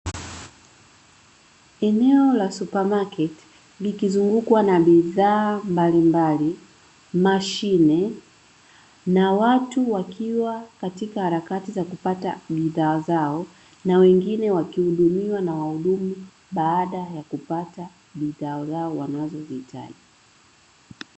Eneo la supamaketi likizungukwa na bidhaa mbalimbali, mashine na watu wakiwa katika harakati za kupata bidhaa zao na wengine wakihudumiwa na wahudumu baada ya kupata bidhaa zao wanazo zihitaji.